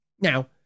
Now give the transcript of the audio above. Now